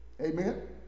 Amen